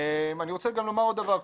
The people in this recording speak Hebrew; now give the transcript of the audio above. אני רוצה לומר עוד דבר,